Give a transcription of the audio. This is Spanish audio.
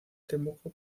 temuco